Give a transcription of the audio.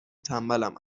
تنبلم